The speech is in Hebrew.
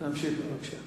תמשיך בבקשה.